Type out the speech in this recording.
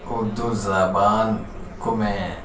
اردو زبان کو میں